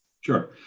Sure